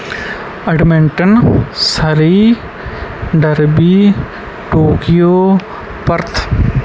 Edmonton Surrey derby Tokyo Perth